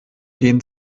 gehen